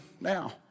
now